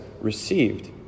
received